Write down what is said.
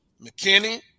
McKinney